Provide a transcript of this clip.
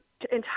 entire